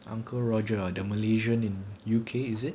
uncle roger the malaysian in U_K is it